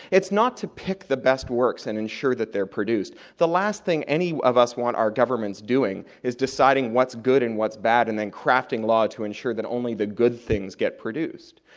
it's not to pick the best works and ensure that they're produced, the last thing any of us want our governments doing is deciding what's good and what's bad and then crafting law to ensure that only the good things get produced.